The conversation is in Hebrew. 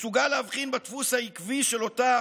מסוגל להבחין בדפוס העקבי של אותה